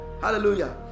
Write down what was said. Hallelujah